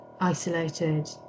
isolated